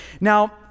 Now